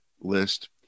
list